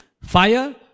fire